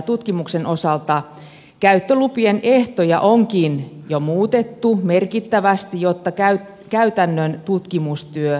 tutkimuksen osalta käyttölupien ehtoja onkin jo muutettu merkittävästi jotta käytännön tutkimustyö helpottuu